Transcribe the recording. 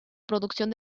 producción